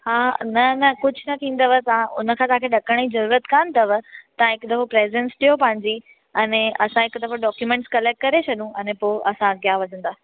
हा न न कुझु न थींदव तव्हां उनखां तव्हांखे ॾकण जी जरूरत कोन्ह अथव तव्हां हिक दफ़ो प्रेजेंस ॾियो पंहिंजी अने असां हिक दफ़ो डॉक्यूमेंट कलेकट करे छॾू अने पोइ असां अॻियां वधूं था